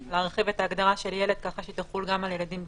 להרחיב את ההגדרה של ילד כך שתחול גם על ילדים בגירים.